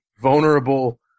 Vulnerable